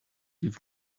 give